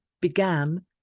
began